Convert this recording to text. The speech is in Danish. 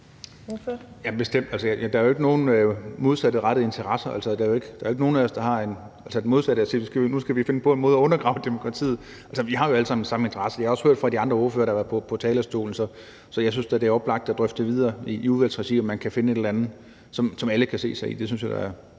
Der er jo ikke nogen modsatrettede interesser. Der er jo ikke nogen af os, der har den modsatte tilskyndelse – altså at vi nu skal finde på en måde at undergrave demokratiet på. Vi har jo alle sammen den samme interesse. Det har jeg også hørt fra de andre ordførere, der har været på talerstolen, så jeg synes da, det er oplagt at drøfte videre i regi af udvalget, om man kan finde et eller andet, som alle kan se sig selv i. Det burde